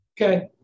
Okay